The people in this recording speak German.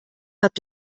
habt